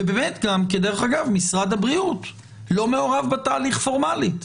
דרך אגב, משרד הבריאות לא מעורב בתהליך פורמלית.